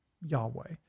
Yahweh